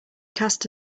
cast